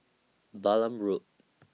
Balam Road